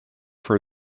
for